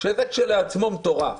שזה כשלעצמו מטורף.